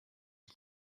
are